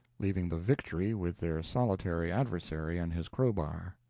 leaving the victory with their solitary adversary and his crowbar.